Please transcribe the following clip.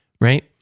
right